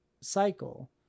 cycle